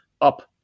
up